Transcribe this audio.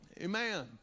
Amen